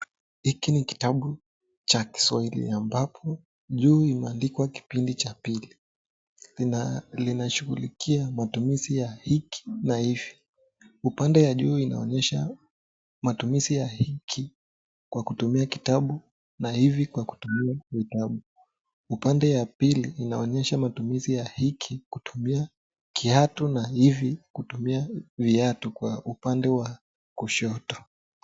Hiki ni kitabu cha Kiswahili ambapo juu imeandikwa kipindi cha pili. Linashughulikia matumizi ya hiki na hivi. Upande ya juu inaonyesha matumizi ya hiki kwa kutumia kitabu na hivi kwa kutumia vitabu. Upande ya pili inaonyesha matumizi ya hiki kutumia kiatu na hivi kutumia viatu kwa upande wa kushoto.